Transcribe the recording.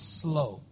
slow